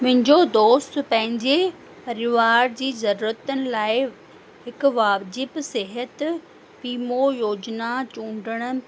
मुंहिंजो दोस्त पंहिंजे परिवार जी ज़रूरतनि लाइ हिकु वाजिबु सिहत वीमो योजना चूंडणु